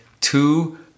two